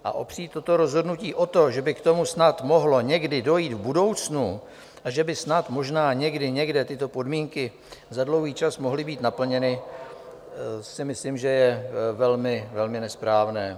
A opřít toto rozhodnutí o to, že by k tomu snad mohlo někdy dojít v budoucnu a že by snad možná někdy někde tyto podmínky za dlouhý čas mohly být naplněny, si myslím, že je velmi nesprávné.